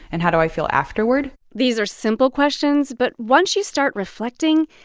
and how do i feel afterward? these are simple questions. but once you start reflecting,